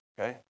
okay